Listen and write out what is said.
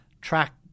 track